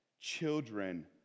children